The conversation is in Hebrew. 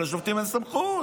ולשופטים אין סמכות.